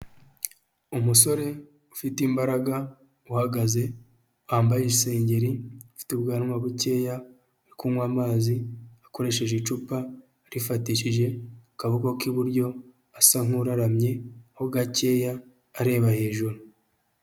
Umusore ufite imbaraga uhagaze, wambaye isengeri afite ubwanwa bukeya ari kunywa amazi akoresheje icupa, arifatishije akaboko k'iburyo asa nk'uraramye ho gakeya areba hejuru.